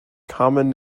common